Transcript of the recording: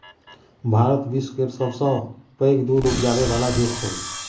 भारत विश्व केर सबसँ पैघ दुध उपजाबै बला देश छै